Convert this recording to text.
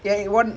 oh okay okay